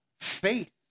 faith